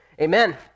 Amen